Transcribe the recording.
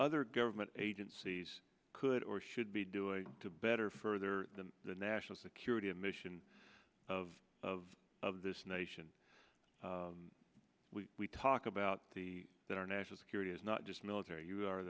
other government agencies could or should be doing to better further than the national security the mission of of of this nation we talk about the that our national security is not just military you are